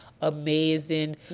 amazing